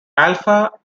alpha